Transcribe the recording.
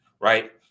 right